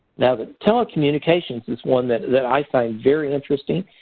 now, the telecommunications is one that that i find very interesting.